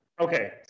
Okay